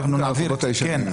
לגבי החובות הישנים,